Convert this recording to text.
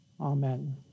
Amen